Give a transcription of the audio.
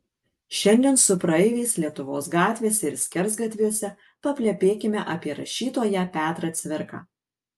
šiandien su praeiviais lietuvos gatvėse ir skersgatviuose paplepėkime apie rašytoją petrą cvirką